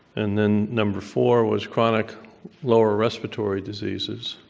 and then number four was chronic lower respiratory diseases,